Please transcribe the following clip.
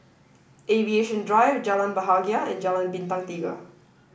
Aviation Drive Jalan Bahagia and Jalan Bintang Tiga